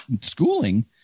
schooling